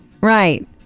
right